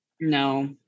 no